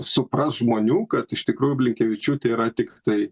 supras žmonių kad iš tikrųjų blinkevičiūtė yra tiktai